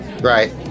right